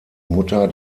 mutter